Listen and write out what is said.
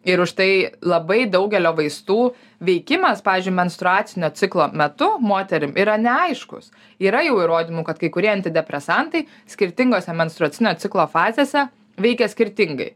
ir už tai labai daugelio vaistų veikimas pavyzdžiui menstruacinio ciklo metu moterim yra neaiškus yra jau įrodymų kad kai kurie antidepresantai skirtingose menstruacinio ciklo fazėse veikia skirtingai